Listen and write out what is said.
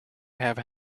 have